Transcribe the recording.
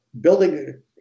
building